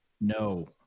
No